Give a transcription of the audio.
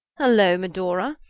hullo, medora!